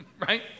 right